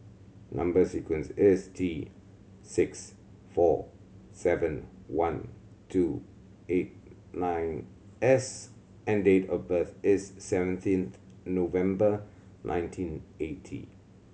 number sequence is T six four seven one two eight nine S and date of birth is seventeenth November nineteen eighty